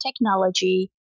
technology